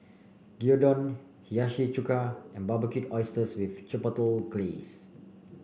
Gyudon Hiyashi Chuka and Barbecued Oysters with Chipotle Glaze